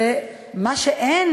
ומה שאין